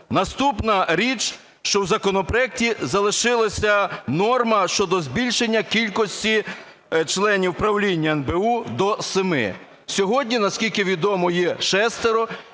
Наступна річ, що в законопроекті залишилась норма щодо збільшення кількості членів Правління НБУ до семи. Сьогодні, наскільки відомо, є шестеро,